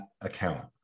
account